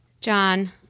John